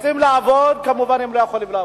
רוצים לעבוד, כמובן הם לא יכולים לעבוד,